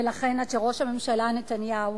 ולכן, עד שראש הממשלה נתניהו